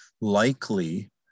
likely